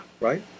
right